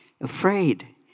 afraid